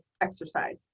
exercise